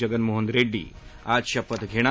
जगनमोहन रेड्डी आज शपथ घेणार